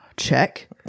check